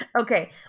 Okay